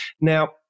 Now